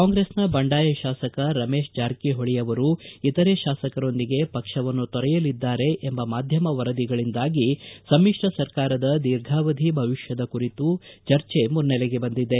ಕಾಂಗ್ರೆಸ್ನ ಬಂಡಾಯ ಶಾಸಕ ರಮೇಶ ಜಾರಕಿಹೊಳಿ ಅವರು ಇತರೆ ಶಾಸಕರೊಂದಿಗೆ ಪಕ್ಷವನ್ನು ತೊರೆಯಲಿದ್ದಾರೆ ಎಂಬ ಮಾಧ್ಯಮ ವರದಿಗಳಿಂದಾಗಿ ಸಮಿಶ್ರ ಸರ್ಕಾರದ ದೀರ್ಘಾವಧಿ ಭವಿಷ್ಕದ ಕುರಿತ ಚರ್ಚೆ ಮುನ್ನೆಲೆಗೆ ಬಂದಿದೆ